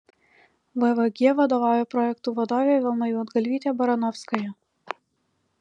vvg vadovauja projektų vadovė vilma juodgalvytė baranovskaja